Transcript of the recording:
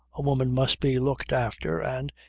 a woman must be looked after, and,